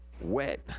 wet